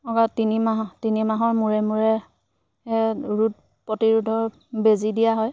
অক তিনিমাহ তিনিমাহৰ মূৰে মূৰে ৰোগ প্ৰতিৰোধৰ বেজী দিয়া হয়